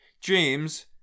James